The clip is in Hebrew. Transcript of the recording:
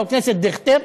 חבר הכנסת דיכטר.